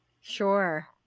Sure